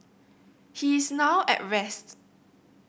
he is now at rest